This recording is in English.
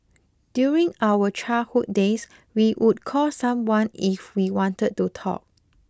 during our childhood days we would call someone if we wanted to talk